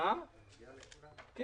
מרדכי כהן,